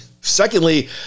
secondly